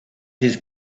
his